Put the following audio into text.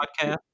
podcast